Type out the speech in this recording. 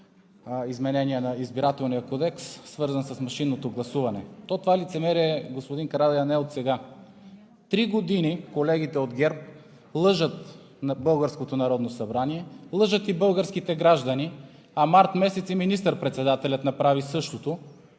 изменение на Изборния кодекс, свързан с машинното гласуване. То това лицемерие, господин Карадайъ, не е отсега. Три години колегите от ГЕРБ лъжат българското Народно събрание, лъжат и българските граждани, а март месец и министър-председателят направи същото,